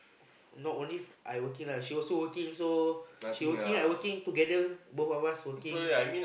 not only I'm working lah she also working also she working I working together both of us working